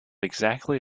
exactly